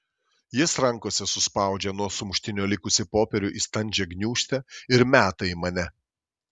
jis rankose suspaudžia nuo sumuštinio likusį popierių į standžią gniūžtę ir meta į mane